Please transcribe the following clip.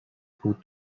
بودم